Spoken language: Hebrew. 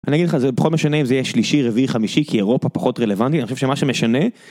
אני אגיד לך זה בכל משנה אם זה יהיה שלישי רביעי חמישי כי אירופה פחות רלוונטי, אני חושב שמה שמשנה.